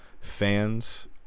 fans